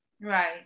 Right